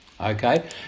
Okay